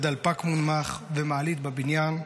דלפק מונמך ומעלית בבניין,